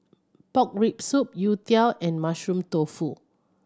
pork rib soup youtiao and Mushroom Tofu